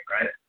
right